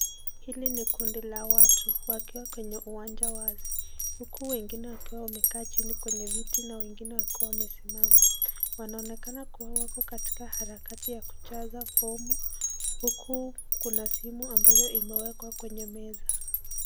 Hili ni kundi la watu wakiwa kwenye uwanja wazi, huku wengine wakiwa wamekaa chini kwenye viti na wengine wakiwa wamesimama. Wanaonekana kuwa wako kwa harakati ya kujaza fomu, huku kuna simu ambayo imewekwa kwenye meza.